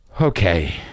okay